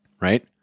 right